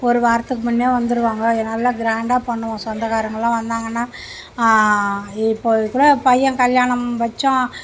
ஒரு வாரத்துக்கு முன்னே வந்துடுவாங்க நல்லா கிராண்டாக பண்ணுவோம் சொந்தக்காரவங்களாம் வந்தாங்கனால் இப்போ கூட பையன் கல்யாணம் வைச்சோம்